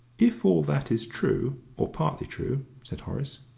if all that is true, or partly true, said horace,